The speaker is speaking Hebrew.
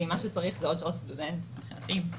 ואם מה שצריך זה עוד שעות סטודנט מבחינתי מצוין.